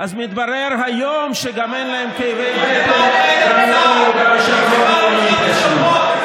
אז מתברר היום שאין להם כאבי בטן גם על כל יהודה ושומרון ומהמתיישבים.